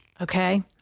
Okay